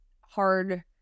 hard